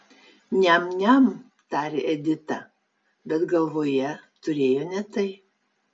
niam niam tarė edita bet galvoje turėjo ne tai